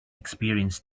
experience